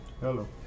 Hello